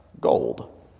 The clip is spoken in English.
gold